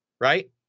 right